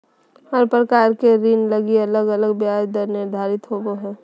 हर प्रकार के ऋण लगी अलग अलग ब्याज दर निर्धारित होवो हय